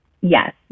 Yes